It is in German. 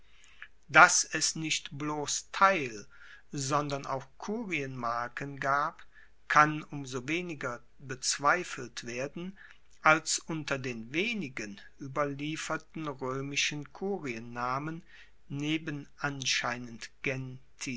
dass es nicht bloss teil sondern auch kurienmarken gab kann um so weniger bezweifelt werden als unter den wenigen ueberlieferten roemischen kuriennamen neben anscheinend